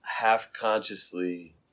half-consciously